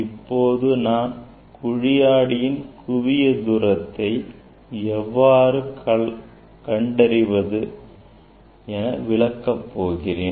இப்போது நான் குழி ஆடியின் குவியத் தூரத்தை எவ்வாறு கண்டறிவது என்று விளக்கப் போகிறேன்